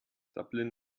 dublin